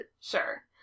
Sure